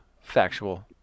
factual